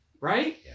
right